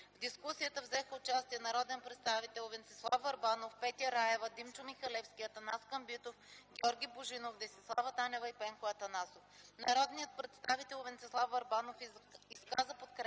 В дискусията взеха участие народния представител Венцислав Върбанов, Петя Раева, Димчо Михалевски, Атанас Камбитов, Георги Божинов, Десислава Танева и Пенко Атанасов. Народният представител Венцислав Върбанов изказа подкрепата